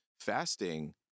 fasting